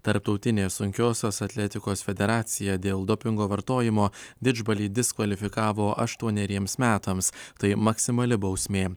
tarptautinė sunkiosios atletikos federacija dėl dopingo vartojimo didžbalį diskvalifikavo aštuoneriems metams tai maksimali bausmė